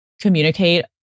communicate